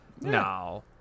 no